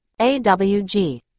AWG